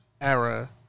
era